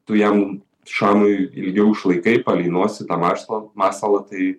tu jam šamui ilgiau išlaikai palei nosį tą marsalą masalą tai